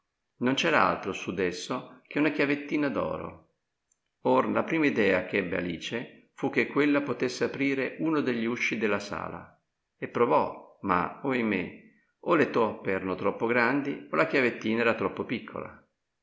non c'era altro su d'esso che una chiavettina d'oro or la prima idea ch'ebbe alice fu che quella potesse aprire uno degli usci della sala e provò ma oimè o le toppe erano troppo grandi o la chiavettina era troppo piccola